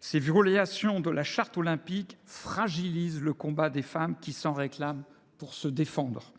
Ces violations de la Charte olympique fragilisent le combat des femmes qui s’en réclament pour se défendre.